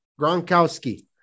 Gronkowski